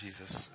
Jesus